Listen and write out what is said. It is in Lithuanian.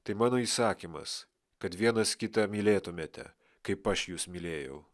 tai mano įsakymas kad vienas kitą mylėtumėte kaip aš jus mylėjau